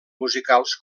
musicals